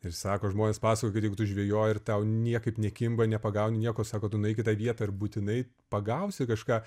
ir sako žmonės pasakoja kad jeigu tu žvejoji ir tau niekaip nekimba nepagauni nieko sako tu nueik į vietą ir būtinai pagausi kažką